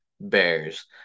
Bears